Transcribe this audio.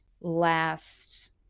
last